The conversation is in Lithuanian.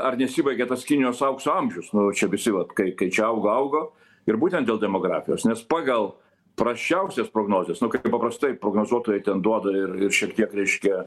ar nesibaigia tas kinijos aukso amžius nu čia visi vat kai kai čia augo augo ir būtent dėl demografijos nes pagal prasčiausias prognozes nu kaip paprastai prognozuotojai ten duoda ir ir šiek tiek reiškia